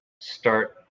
start